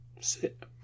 sit